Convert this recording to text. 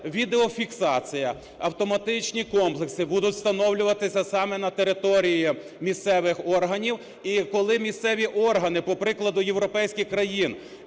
відеофіксація, автоматичні комплекси будуть встановлюватися саме на території місцевих органів. І коли місцеві органи, по прикладу європейських країн,